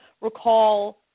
recall